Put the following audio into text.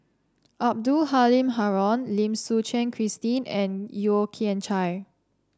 Abdul Halim Haron Lim Suchen Christine and Yeo Kian Chye